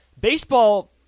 Baseball